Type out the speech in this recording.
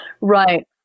Right